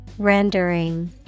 Rendering